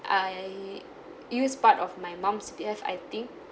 I use part of my mum's C_P_F I think